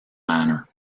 manner